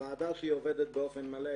כשהוועדה עובדת באופן מלא,